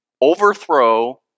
overthrow